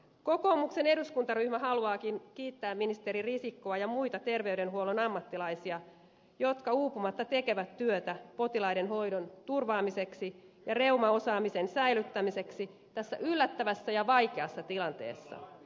kokoomuksen eduskuntaryhmä haluaakin kiittää ministeri risikkoa ja muita terveydenhuollon ammattilaisia jotka uupumatta tekevät työtä potilaiden hoidon turvaamiseksi ja reumaosaamisen säilyttämiseksi tässä yllättävässä ja vaikeassa tilanteessa